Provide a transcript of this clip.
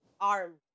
arm